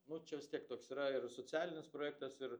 nu čia vis tiek toks yra ir socialinis projektas ir